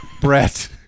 Brett